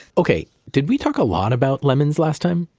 okay, did we talk a lot about lemons last time?